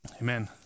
Amen